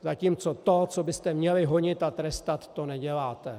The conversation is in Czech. Zatímco to, co byste měli honit a trestat, to neděláte.